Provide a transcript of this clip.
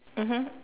mmhmm